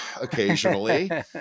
occasionally